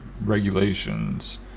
regulations